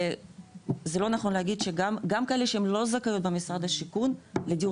וזה לא נכון להגיד שגם כאלה שהן לא זכאיות במשרד השיכון לדיור